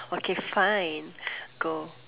okay fine go